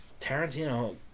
Tarantino